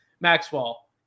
Maxwell